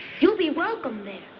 you'll be welcome there.